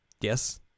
Yes